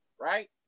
Right